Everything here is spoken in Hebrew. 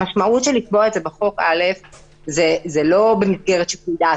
המשמעות של לקבוע את זה בחוק זה לא רק העניין של שיקול דעת.